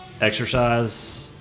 exercise